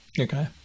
Okay